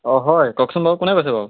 অঁ হয় কওকচোন বাৰু কোনে কৈছে বাৰু